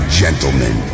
gentlemen